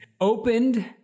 Opened